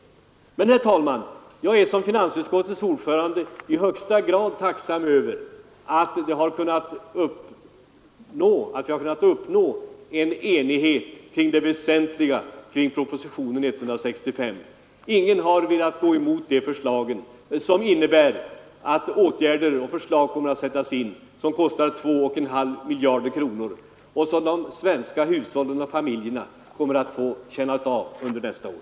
Herr talman! Jag är i egenskap av finansutskottets ordförande i högsta grad tacksam över att vi har kunnat uppnå enighet kring propositionen 165. Ingen har velat gå emot förslaget att åtgärder kommer att sättas in som kostar 2,5 miljarder kronor och vilka de svenska hushållen och familjerna kommer att få del av under nästa år.